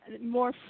More